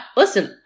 listen